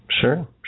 Sure